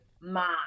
mom